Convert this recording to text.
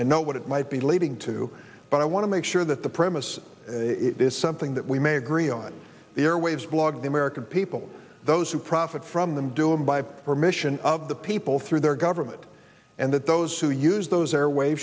i know what it might be leading to but i want to make sure that the premise is something that we may agree on the airwaves blog the american people those who profit from them do it by permission of the people through their government and that those who use those are way